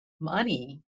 money